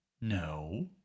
no